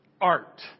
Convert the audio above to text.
art